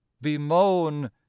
Bemoan